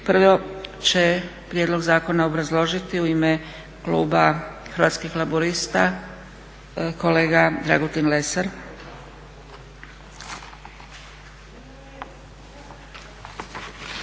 Prvo će prijedlog zakona obrazložiti u ime kluba Hrvatskih laburista kolega Dragutin Lesar.